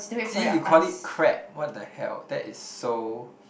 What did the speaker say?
see you call it crap what the hell that is so